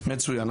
מצוין.